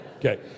Okay